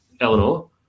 Eleanor